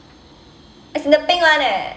as in the pink one eh